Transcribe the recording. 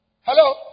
Hello